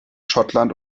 schottland